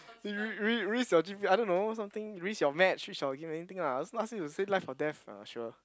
r~ r~ risk your g_p I don't know something risk your maths risk your anything lah also not ask you to say life or death ah sure